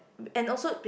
and also